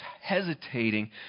hesitating